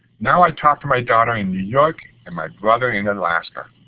now i talked to my daughter in new york and my brother in alaska.